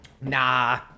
Nah